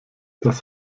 das